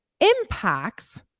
impacts